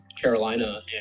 Carolina